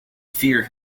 fear